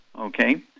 okay